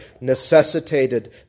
necessitated